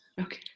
Okay